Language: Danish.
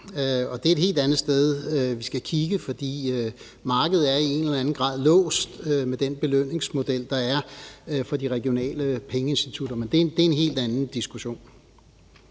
det er et helt andet sted, vi skal kigge, for markedet er i en eller anden grad låst med den belønningsmodel, der er for de regionale pengeinstitutter. Men det er en helt anden diskussion.